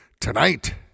tonight